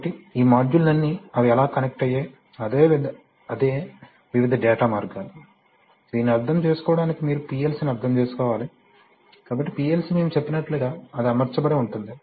కాబట్టి ఈ మాడ్యూళ్లన్నీ అవి ఎలా కనెక్ట్ అయ్యాయి అదే వివిధ డేటా మార్గాలు దీన్ని అర్థం చేసుకోవడానికి మీరు PLC ని అర్థం చేసుకోవాలి కాబట్టి PLC మేము చెప్పినట్లుగా అది అమర్చబడి ఉంటుంది